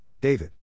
David